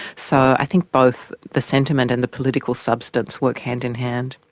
so i think both the sentiment and the political substance work hand-in-hand.